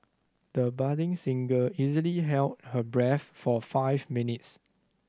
the budding singer easily held her breath for five minutes